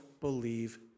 believe